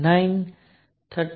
6 4 13